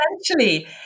essentially